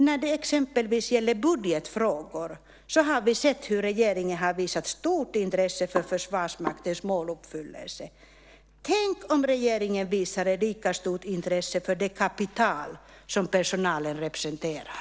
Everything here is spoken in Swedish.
När det exempelvis gäller budgetfrågor har vi sett hur regeringen har visat stort intresse för Försvarsmaktens måluppfyllelse. Tänk om regeringen visade lika stort intresse för det kapital som personalen representerar.